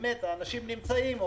שהאנשים נמצאים כבר,